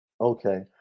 okay